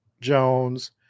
Jones